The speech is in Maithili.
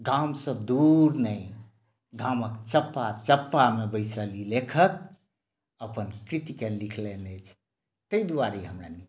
गामसँ दूर नहि गामक चप्पा चप्पामे बैसल ई लेखक अपन कृतिक लिखलनि अछि ताहि दुआरे ई हमरा